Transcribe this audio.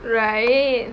right